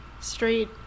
straight